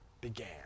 began